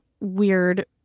weird